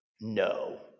no